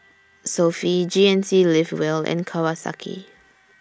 Sofy G N C Live Well and Kawasaki